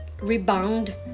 rebound